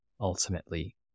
ultimately